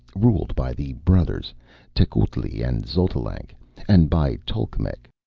ruled by the brothers tecuhltli and xotalanc, and by tolkemec.